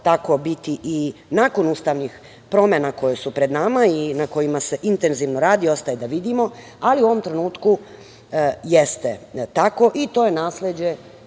tako biti i nakon ustavnih promena koje su pred nama i na kojima se intenzivno radi ostaje da vidimo, ali u ovom trenutku jeste tako i to je nasleđe